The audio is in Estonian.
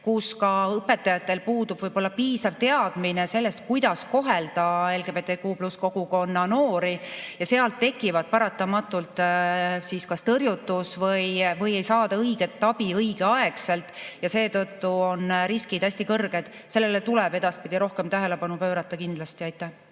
ka õpetajatel puudub võib-olla piisav teadmine sellest, kuidas kohelda LGBTQ+ kogukonna noori. Sealt tekib paratamatult kas tõrjutus või ei saada õiget abi õigeaegselt ja seetõttu on riskid hästi kõrged. Sellele tuleb edaspidi rohkem tähelepanu pöörata kindlasti. Suur